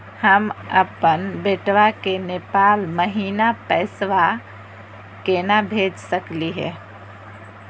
हम अपन बेटवा के नेपाल महिना पैसवा केना भेज सकली हे?